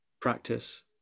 practice